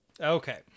Okay